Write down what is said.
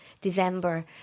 December